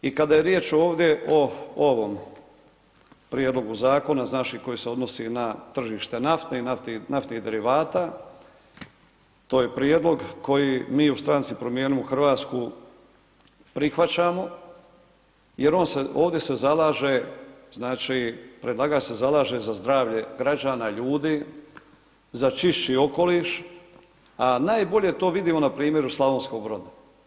I kada je riječ ovdje o ovom prijedlogu zakona, znači koji se odnosi na tržište nafti i naftnih derivata, to je prijedlog koji mi u stranci Promijenimo Hrvatsku, prihvaćamo, jer ovdje se zalaže, znači predlagač se zalaže za zdravlje građana ljudi, za čišći okoliš, a najbolje to vidimo na primjeru Slavonskog Broda.